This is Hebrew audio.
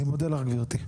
אני מודה לך גברתי.